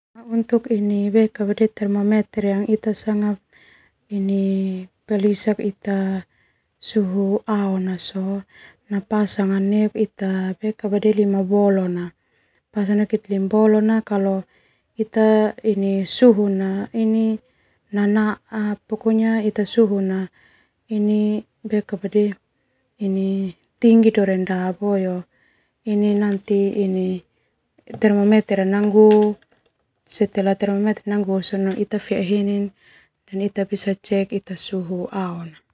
Termometer yang ita sanga ini palisak ita suhu ao na sona pasang neuk ita lima bolok na kalo ita ini suhu na nanaa tinggi rendah termometer nanggu sona hoi heni fo mete suhu aona.